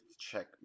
check